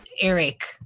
Eric